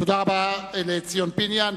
תודה רבה לחבר הכנסת ציון פיניאן.